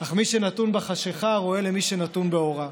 אך מי שנתון בחשכה רואה למי שנתון באורה.